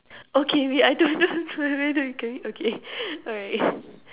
okay we I don't know okay alright